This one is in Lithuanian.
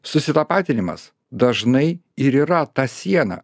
susitapatinimas dažnai ir yra ta siena